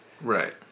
right